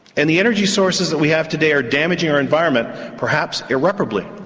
and the energy sources that we have today are damaging our environment, perhaps irreparably.